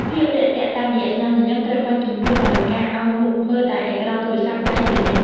ភាពរាក់ទាក់តាមរយៈស្នាមញញឹមត្រូវបានជំនួសដោយការអោនមុខមើលតែអេក្រង់ទូរស័ព្ទដៃជានិច្ច។